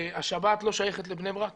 השבת לא שייכת לבני ברק